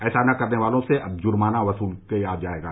ऐसा न करने वालों से अब जुर्माना वसूला जाएगा